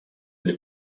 для